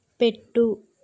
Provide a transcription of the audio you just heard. పెట్టు